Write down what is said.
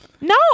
No